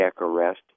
arrest